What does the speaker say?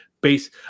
base